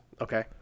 Okay